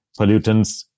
pollutants